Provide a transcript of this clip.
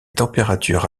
températures